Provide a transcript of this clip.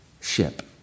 ship